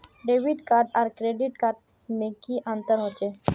Debit card आर credit card में की अंतर होचे?